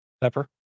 Pepper